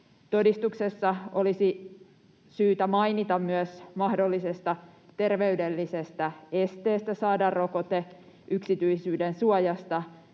Todistuksessa olisi syytä mainita myös mahdollisesta terveydellisestä esteestä saada rokote. Myös yksityisyydensuoja